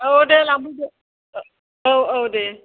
औ दे लांफैदो औ औ दे